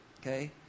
Okay